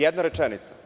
Jedna rečenica.